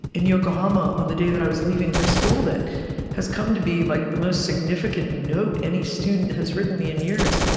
in yokohama on the day that i was leaving her school that has come to be like the the most significant note any student has written me in years.